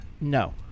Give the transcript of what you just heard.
no